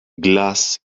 glass